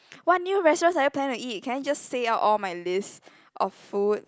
what new restaurants are you planning to eat can I just say out all my lists of food